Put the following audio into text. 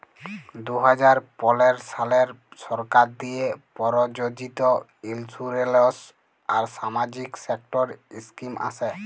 দু হাজার পলের সালে সরকার দিঁয়ে পরযোজিত ইলসুরেলস আর সামাজিক সেক্টর ইস্কিম আসে